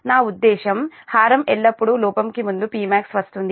నా ఉద్దేశ్యం హారం ఎల్లప్పుడూ లోపం కు ముందు Pmax వస్తుంది